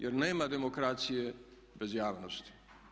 Jer nema demokracije bez javnosti.